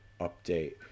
update